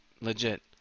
Legit